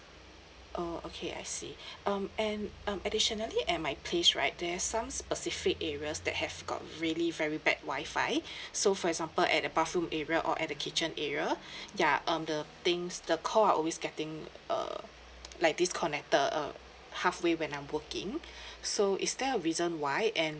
oh okay I see um and uh additionally at my place right there has some specific areas that have got really very bad WI-FI so for example at the bathroom area or at the kitchen area ya um the things the calls are always getting err like disconnected uh halfway when I'm working so is there a reason why and